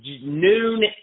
noon